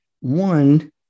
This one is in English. One